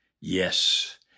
Yes